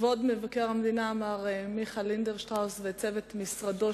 כבוד מבקר המדינה מר מיכה לינדנשטראוס וצוות משרדו,